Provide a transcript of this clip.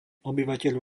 obyvateľ